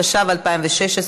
התשע"ו 2016,